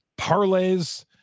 parlays